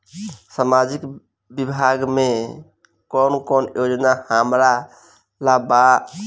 सामाजिक विभाग मे कौन कौन योजना हमरा ला बा?